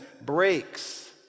breaks